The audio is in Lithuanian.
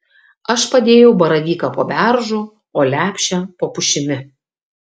aš padėjau baravyką po beržu o lepšę po pušimi